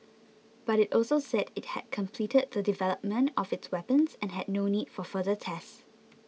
but it also said it had completed the development of its weapons and had no need for further tests